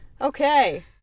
Okay